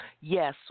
Yes